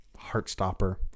Heartstopper